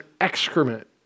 excrement